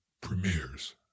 premieres